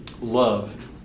love